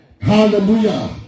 Hallelujah